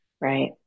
Right